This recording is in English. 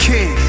King